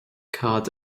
cad